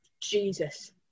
Jesus